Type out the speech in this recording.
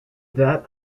that